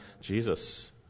Jesus